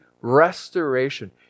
restoration